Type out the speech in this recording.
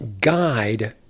guide